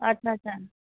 ଆଚ୍ଛା ଆଚ୍ଛା